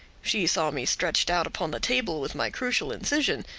she saw me stretched out upon the table with my crucial incision.